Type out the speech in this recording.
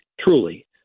truly